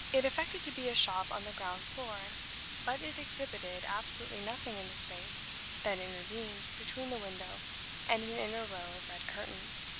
it affected to be a shop on the ground-floor but it exhibited absolutely nothing in the space that intervened between the window and an inner row of red curtains,